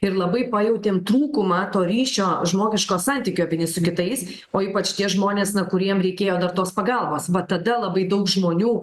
ir labai pajautėm trūkumą to ryšio žmogiško santykio vieni su kitais o ypač tie žmonės na kuriem reikėjo dar tos pagalbos va tada labai daug žmonių